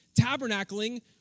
tabernacling